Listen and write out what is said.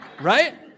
Right